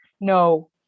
no